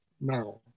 now